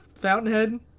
Fountainhead